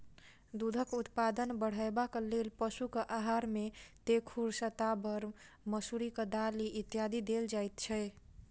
दूधक उत्पादन बढ़यबाक लेल पशुक आहार मे तेखुर, शताबर, मसुरिक दालि इत्यादि देल जाइत छै